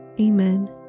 Amen